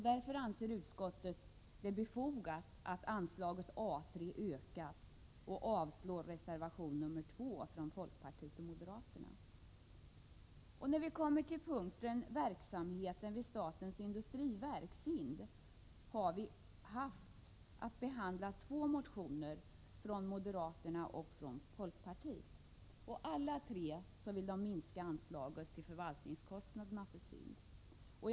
Därför anser utskottet det befogat att anslaget A 3 ökas och avstyrker reservation 2 från folkpartiet och moderaterna. I fråga om verksamheten vid statens industriverk, SIND, har vi haft att behandla två motioner, en från moderaterna och en från folkpartiet. Man vill minska anslaget till förvaltningskostnaderna för SIND.